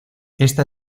esta